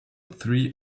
three